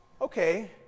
Okay